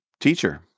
teacher